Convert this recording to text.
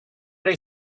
they